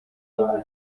gihugu